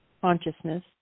consciousness